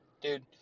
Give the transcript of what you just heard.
dude